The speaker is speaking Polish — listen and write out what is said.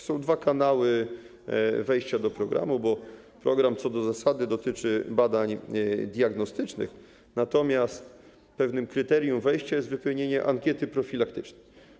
Są dwa kanały wejścia do programu, bo program co do zasady dotyczy badań diagnostycznych, natomiast pewnym kryterium wejścia jest wypełnienie ankiety profilaktycznej.